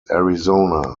arizona